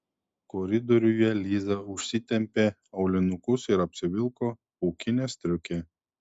koridoriuje liza užsitempė aulinukus ir apsivilko pūkinę striukę